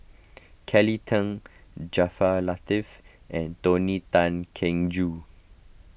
Kelly Tang Jaafar Latiff and Tony Tan Keng Joo